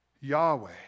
Yahweh